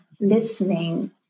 listening